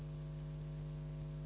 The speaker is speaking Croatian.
Hvala